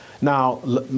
Now